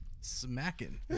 smacking